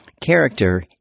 Character